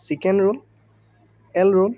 chicken roll L roll